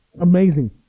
amazing